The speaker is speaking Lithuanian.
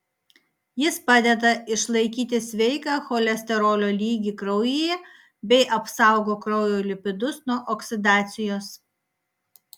jis padeda išlaikyti sveiką cholesterolio lygį kraujyje bei apsaugo kraujo lipidus nuo oksidacijos